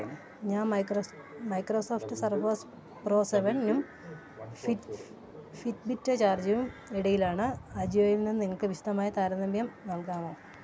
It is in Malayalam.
ഞാൻ മൈക്രോസ് മൈക്രോസോഫ്റ്റ് സർഫസ് പ്രോ സെവൻനും ഫിറ്റ് ഫിറ്റ്ബിറ്റ് ചാർജും ഇടയിലാണ് അജിയോയിൽ നിന്ന് നിങ്ങൾക്ക് വിശദമായ താരതമ്യം നൽകാമോ